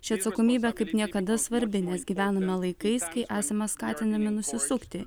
ši atsakomybė kaip niekada svarbi nes gyvename laikais kai esame skatinami nusisukti